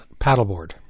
paddleboard